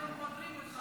אנחנו פוטרים אותך,